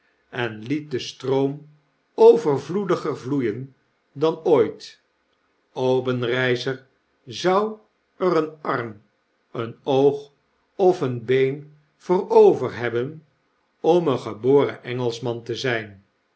en liet den stroom overvloediger vloeien dan ooit obenreizer zou er een arm een oog of een been voor overhebben om een geboren engelschman te zijn